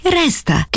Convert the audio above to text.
resta